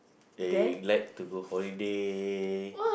they like to go holiday